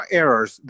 errors